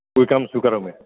गुलिकां स्वीकरोमि